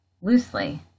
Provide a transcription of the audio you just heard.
loosely